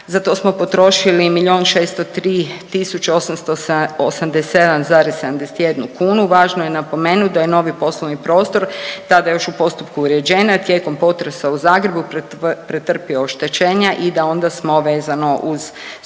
za to smo potrošili milijun 603 tisuće 887,71 kunu. Važno je napomenut da je novi poslovni prostor tada još u postupku uređenja tijekom potresa u Zagrebu pretrpio oštećenja i da onda smo vezano uz saniranje